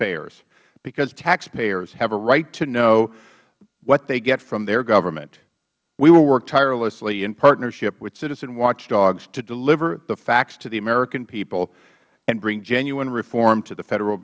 taxpayers because taxpayers have a right to know what they get from their government we will work tirelessly in partnership with citizen watchdogs to deliver the facts to the american people and bring genuine reform to the federal